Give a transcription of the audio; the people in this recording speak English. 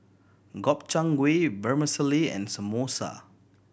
Gobchang Gui Vermicelli and Samosa